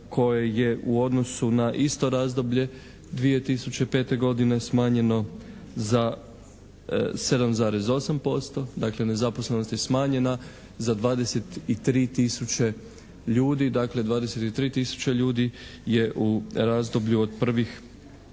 koje je u odnosu na isto razdoblje 2005. godine smanjeno za 7,8, dakle nezaposlenost je smanjena za 23 tisuće ljudi, dakle 23 tisuće ljudi je u razdoblju od prvih